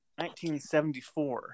1974